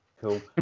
cool